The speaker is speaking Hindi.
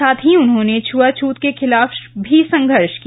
साथ ही उन्होने छआछत के खिलाफ भी संघर्ष किया